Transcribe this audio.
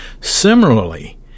Similarly